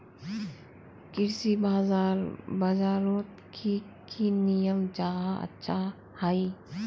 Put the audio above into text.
कृषि बाजार बजारोत की की नियम जाहा अच्छा हाई?